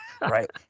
right